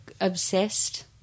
obsessed